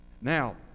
Now